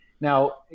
Now